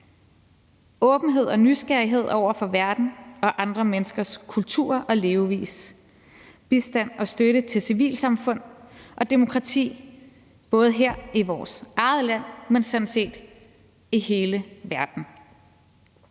åbenhed og nysgerrighed over for verden og andre menneskers kulturer og levevis, bistand og støtte til civilsamfund og demokrati, både her i vores eget land, men sådan set i hele verden.